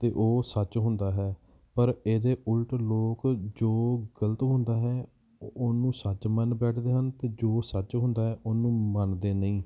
ਅਤੇ ਉਹ ਸੱਚ ਹੁੰਦਾ ਹੈ ਪਰ ਇਹਦੇ ਉਲਟ ਲੋਕ ਜੋ ਗਲਤ ਹੁੰਦਾ ਹੈ ਉਹਨੂੰ ਸੱਚ ਮੰਨ ਬੈਠਦੇ ਹਨ ਅਤੇ ਜੋ ਸੱਚ ਹੁੰਦਾ ਹੈ ਉਹਨੂੰ ਮੰਨਦੇ ਨਹੀਂ